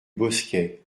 bosquet